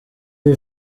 iyi